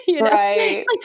Right